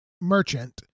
merchant